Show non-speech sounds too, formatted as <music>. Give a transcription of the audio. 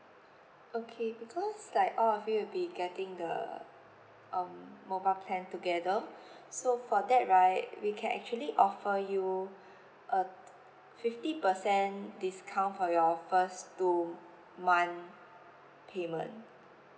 okay because like all of you will be getting the um mobile plan together <breath> so for that right we can actually offer you <breath> a fifty percent discount for your first two month payment